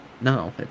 No